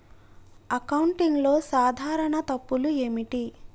అకౌంటింగ్లో సాధారణ తప్పులు ఏమిటి?